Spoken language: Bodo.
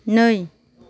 नै